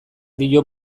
dio